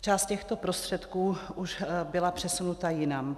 Část těchto prostředků už byla přesunuta jinam.